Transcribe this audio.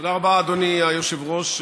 תודה רבה, אדוני היושב-ראש,